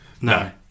no